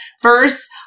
First